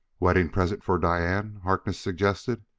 wedding present for diane, harkness suggested.